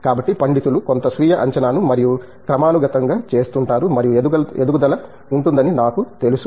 కాబట్టి పండితులు కొంత స్వీయ అంచనాను మరింత క్రమానుగతంగా చేస్తుంటారు మరియు ఎదుగుదల ఉంటుందని నాకు తెలుసు